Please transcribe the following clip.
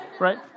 Right